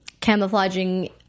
Camouflaging